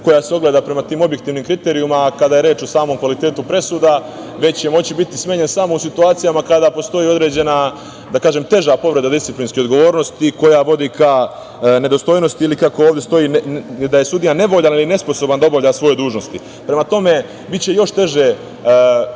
koja se ogleda prema tim objektivnim kriterijumima, kada je reč o samom kvalitetu presuda, već će moći biti smenjen samo u situacijama kada postoji određena teža povreda disciplinske odgovornosti koja vodi ka nedostojnosti ili, kako ovde stoji, da je sudija nevoljan ili nesposoban da obavlja svoje dužnosti. Prema tome, biće još teže smeniti